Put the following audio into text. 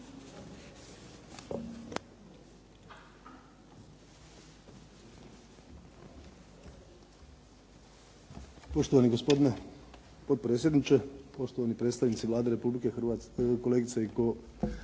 Poštovani gospodine potpredsjedniče, poštovani predstavnici Vlade Republike Hrvatske, kolegice i kolege